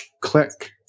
click